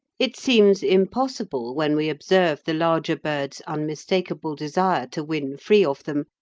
it seems impossible, when we observe the larger bird's unmistakable desire to win free of them,